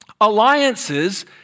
Alliances